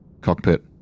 Cockpit